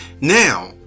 Now